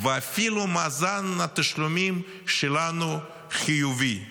ואפילו מאזן התשלומים שלנו חיובי,